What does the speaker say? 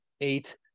eight